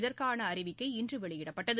இதற்கான அறிவிக்கை இன்று வெளியிடப்பட்டது